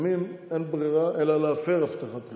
לפעמים אין ברירה אלא להפר הבטחת בחירות.